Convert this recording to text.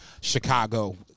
Chicago